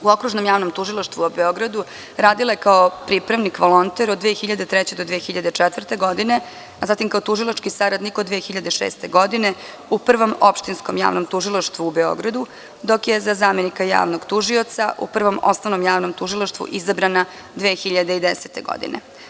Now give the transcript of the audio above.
U Okružnom javnom tužilaštvu Beogradu radila je kao pripravnik volonter od 2003. do 2004. godine, a zatim kao tužilački saradnik od 2006. godine u Prvom opštinskom javnom tužilaštvu u Beogradu, dok je za zamenika javnog tužioca u Prvom osnovnom javnom tužilaštvu izabrana 2010. godine.